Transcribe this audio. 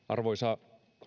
arvoisa